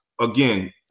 again